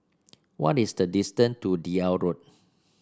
what is the distant to Deal Road